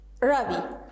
Ravi